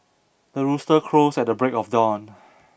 the rooster crows at the break of dawn